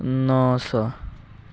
ନଅ ଶହ